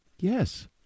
Yes